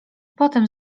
potem